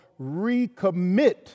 recommit